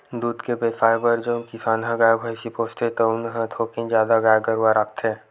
दूद के बेवसाय बर जउन किसान ह गाय, भइसी पोसथे तउन ह थोकिन जादा गाय गरूवा राखथे